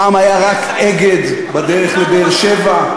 פעם היה רק "אגד" בדרך לבאר-שבע,